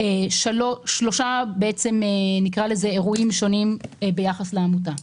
בעצם שלושה אירועים שונים ביחס לעמותה.